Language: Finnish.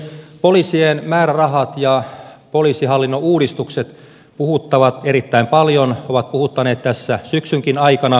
poliisien määrärahat ja poliisihallinnon uudistukset puhuttavat erittäin paljon ovat puhuttaneet tässä syksynkin aikana